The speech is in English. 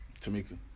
Tamika